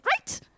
right